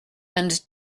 and